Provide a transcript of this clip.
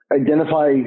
identify